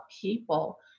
people